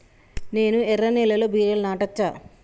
నేను ఎర్ర నేలలో బీరలు నాటచ్చా?